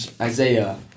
Isaiah